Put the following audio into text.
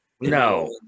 No